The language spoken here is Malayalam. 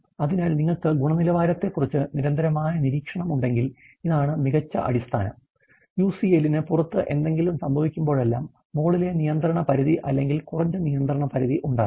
അതിനാൽ നിങ്ങൾക്ക് ഗുണനിലവാരത്തെക്കുറിച്ച് നിരന്തരമായ നിരീക്ഷണം ഉണ്ടെങ്കിൽ ഇതാണ് മികച്ച അടിസ്ഥാനം യുസിഎല്ലിന് പുറത്ത് എന്തെങ്കിലും സംഭവിക്കുമ്പോഴെല്ലാം മുകളിലെ നിയന്ത്രണ പരിധി അല്ലെങ്കിൽ കുറഞ്ഞ നിയന്ത്രണ പരിധി ഉണ്ടാകും